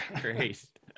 great